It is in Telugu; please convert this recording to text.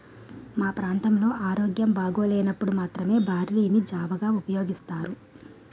మా ప్రాంతంలో ఆరోగ్యం బాగోలేనప్పుడు మాత్రమే బార్లీ ని జావగా ఉపయోగిస్తారు